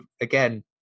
again